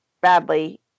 badly